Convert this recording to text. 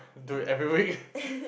do it every week